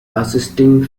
assisting